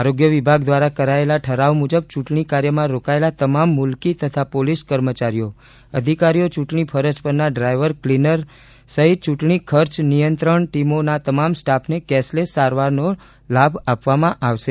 આરોગ્ય વિભાગ દ્વારા કરાયેલા ઠરાવ મુજબ ચૂંટણી કાર્યમાં રોકાયેલા તમામ મુલ્કી તથા પોલીસ કર્મચારીઓ અધિકારીઓ ચૂંટણી ફરજ પરના ડ્રાયવર ક્લીનર સહિત ચૂંટણી ખર્ચ નિયંત્રણ ટીમોના તમામ સ્ટાફને કેશલેસ સારવારનો લાભ આપવામાં આવશે